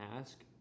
ask